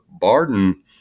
Barden